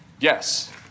Yes